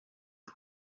hop